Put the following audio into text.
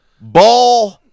ball